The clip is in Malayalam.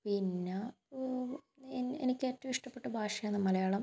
പിന്നെ എനിക്ക് ഏറ്റവും ഇഷ്ടപ്പെട്ട ഭാഷയാണ് മലയാളം